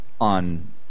on